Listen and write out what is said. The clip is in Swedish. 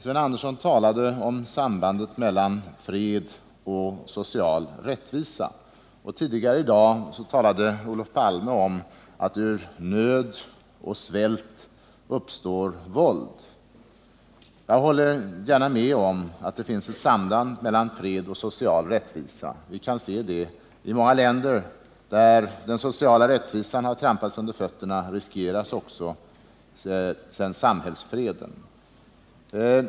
Sven Andersson talade om sambandet mellan fred och social rättvisa, och tidigare i dag talade Olof Palme om att ur nöd och svält uppstår våld. Jag håller gärna med om att det finns ett samband mellan fred och social rättvisa. Vi kan se att i många länder där den sociala rättvisan har trampats under fötterna är också samhällsfreden i fara.